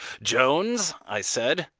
jones, i said,